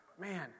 man